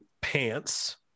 Pants